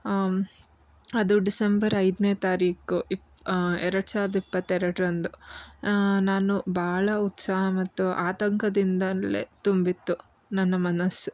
ಅದು ಡಿಸೆಂಬರ್ ಐದನೇ ತಾರೀಖು ಇಪ್ ಎರಡು ಸಾವಿರದ ಇಪ್ಪತ್ತೆರಡರಂದು ನಾನು ಭಾಳ ಉತ್ಸಾಹ ಮತ್ತು ಆತಂಕದಿಂದಲೇ ತುಂಬಿತ್ತು ನನ್ನ ಮನಸ್ಸು